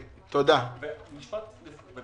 אני הייתי ממליץ לשלוח